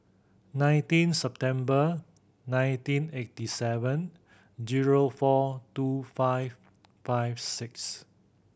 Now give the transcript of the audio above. nineteen September nineteen eighty seven zero four two five five six